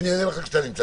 ואני אענה לך כשאתה נמצא.